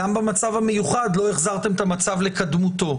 גם במצב המיוחד לא החזרתם את המצב לקדמותו,